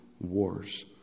wars